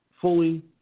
fully